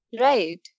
Right